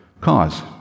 cause